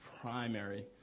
primary